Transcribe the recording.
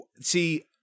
see